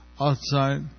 outside